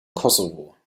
kosovo